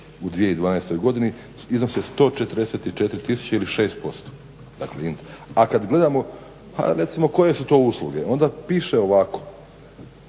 u 2012.godini iznose 144 tisuće ili 6%. A kad gledamo ha recimo koje su to usluge, onda piše ovako,